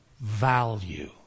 Value